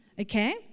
Okay